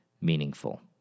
meaningful